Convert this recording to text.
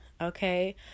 okay